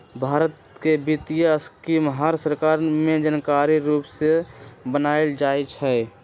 भारत के वित्तीय स्कीम हर सरकार में जरूरी रूप से बनाएल जाई छई